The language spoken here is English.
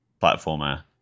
platformer